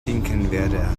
finkenwerder